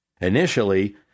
Initially